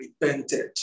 repented